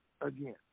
again